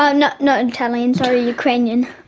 um not not italian, sorry, ukrainian.